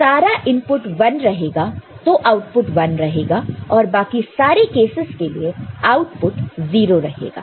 जब सारा इनपुट 1 रहेगा तो आउटपुट 1 रहेगा और बाकी सारे केसस के लिए आउटपुट 0 रहेगा